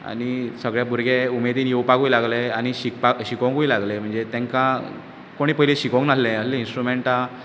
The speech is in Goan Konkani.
आनी सगळे भुरगे उमेदीन येवपाकूय लागले आनी शिकपाक शिकोवंकूय लागले म्हणजे तेंकां कोणें शिकोवंक नासलें असलीं इन्स्ट्रुमॅण्टां